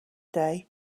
day